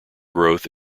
growth